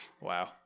Wow